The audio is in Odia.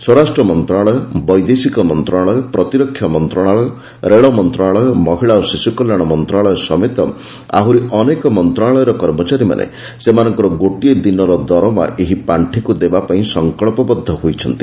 ସ୍ୱରାଷ୍ଟ୍ର ମନ୍ତ୍ରଶାଳୟ ବୈଦେଶିକ ମନ୍ତ୍ରଣାଳୟ ପ୍ରତିରକ୍ଷା ମନ୍ତ୍ରଣାଳୟ ରେଳ ମନ୍ତ୍ରଣାଳୟ ମହିଳା ଓ ଶିଶ୍ର କଲ୍ୟାଣ ମନ୍ତ୍ରଣାଳୟ ସମେତ ଆହରି ଅନେକ ମନ୍ତ୍ରଣାଳୟର କର୍ମଚାରୀମାନେ ସେମାନଙ୍କର ଗୋଟିଏ ଦିନର ଦରମା ଏହି ପାଖିକ୍ ଦେବାପାଇଁ ସଙ୍କଚ୍ଚବଦ୍ଧ ହୋଇଛନ୍ତି